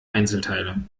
einzelteile